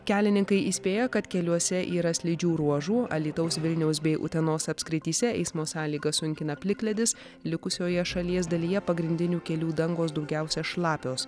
kelininkai įspėja kad keliuose yra slidžių ruožų alytaus vilniaus bei utenos apskrityse eismo sąlygas sunkina plikledis likusioje šalies dalyje pagrindinių kelių dangos daugiausia šlapios